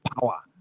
power